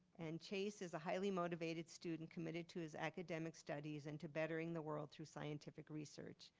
and chase is a highly motivated student committed to his academic studies and to bettering the world through scientific research.